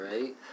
Right